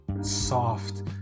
soft